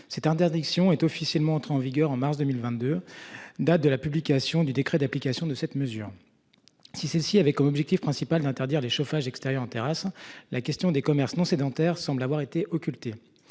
Cette interdiction est officiellement entré en vigueur en mars 2022, date de la publication du décret d'application de cette mesure. Si c'est si avait comme objectif principal d'interdire les chauffages extérieurs en terrasse. La question des commerces non sédentaires semble avoir été occulté